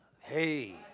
Hey